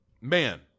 man